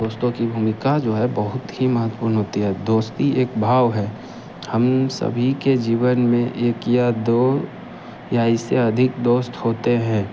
दोस्तों की भूमिका जो है बहुत ही महत्वपूर्ण होती है दोस्ती एक भाव है हम सभी के जीवन में एक या दो या इससे अधिक दोस्त होते हैं